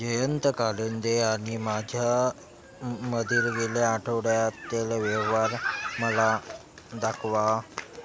जयंत कालिंदे आणि माझ्या मधील गेल्या आठवड्यातील व्यवहार मला दाखवा